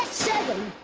seven